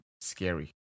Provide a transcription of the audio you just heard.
scary